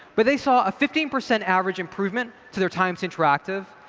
but they saw a fifteen percent average improvement to their time to interactive,